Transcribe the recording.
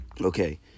Okay